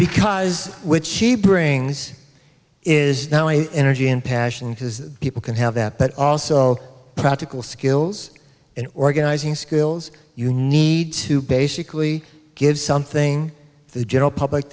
because which she brings is now an energy and passion because people can have that but also practical skills and organizing skills you need to basically give something the general public